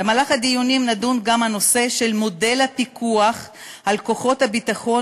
במהלך הדיונים נדון גם הנושא של מודל הפיקוח על כוחות הביטחון,